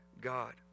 God